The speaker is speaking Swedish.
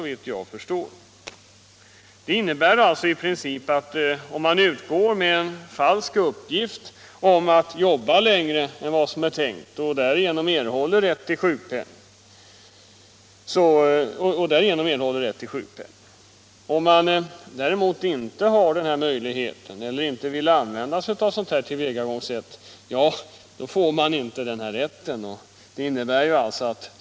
Om man lämnar falsk uppgift om att man skall jobba längre än man tänkt, erhåller man alltså rätt till sjukpenning. Om man däremot inte känner till detta eller inte vill använda sig av detta tillvägagångssätt, får man inte rätt till sjukpenning.